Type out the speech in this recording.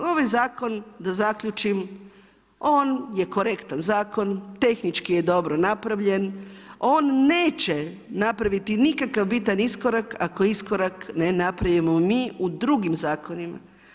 Ovaj zakon, da zaključim, on je korektan zakon, tehnički je dobro napravljen, on neće napraviti nikakav bitan iskorak, ako iskorak ne napravimo mi u drugim zakonima.